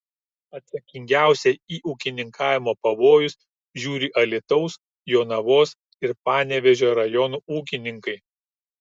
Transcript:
atsakingiausiai į ūkininkavimo pavojus žiūri alytaus jonavos ir panevėžio rajonų ūkininkai